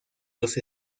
los